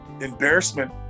embarrassment